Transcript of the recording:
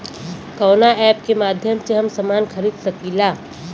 कवना ऐपके माध्यम से हम समान खरीद सकीला?